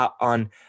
on